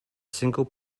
single